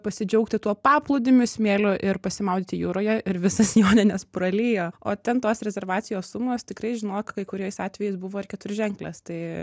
pasidžiaugti tuo paplūdimiu smėliu ir pasimaudyti jūroje ir visas jonines pralijo o ten tos rezervacijos sumos tikrai žinok kai kuriais atvejais buvo ir keturženklės tai